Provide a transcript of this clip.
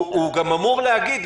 הוא גם אמור להגיד,